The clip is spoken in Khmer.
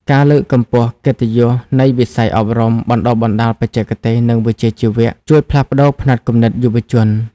ការលើកកម្ពស់កិត្តិយសនៃវិស័យអប់រំបណ្ដុះបណ្ដាលបច្ចេកទេស និងវិជ្ជាជីវៈ ជួយផ្លាស់ប្តូរផ្នត់គំនិតយុវជន។